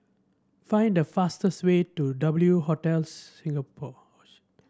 find the fastest way to W Hotels Singapore